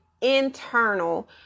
internal